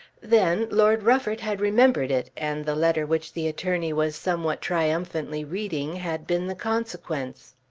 then lord rufford had remembered it, and the letter which the attorney was somewhat triumphantly reading had been the consequence.